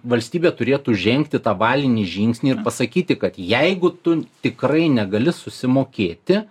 valstybė turėtų žengti tą valinį žingsnį ir pasakyti kad jeigu tu tikrai negali susimokėti